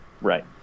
Right